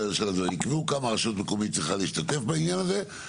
יקבעו כמה הרשות המקומית צריכה להשתתף בעניין הזה,